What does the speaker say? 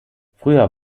früher